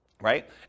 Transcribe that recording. Right